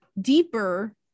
deeper